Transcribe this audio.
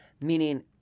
meaning